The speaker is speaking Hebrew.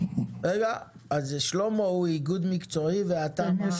אז שלמה הוא איגוד מקצועי ואתה מה?